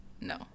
No